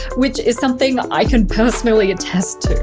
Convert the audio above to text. which is something i can personally attest to!